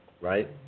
right